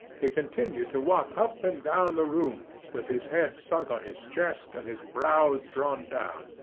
he continued to walk up and down the room with his head sunk on his chest and his brows drawn down,